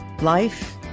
life